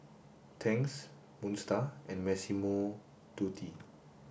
Tangs Moon Star and Massimo Dutti